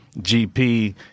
gp